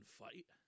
fight